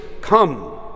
come